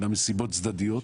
אלא מסיבות צדדיות,